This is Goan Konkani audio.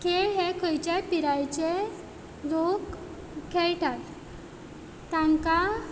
खेळ हे खंयचेय पिरायेचे लोक खेळटात तांकां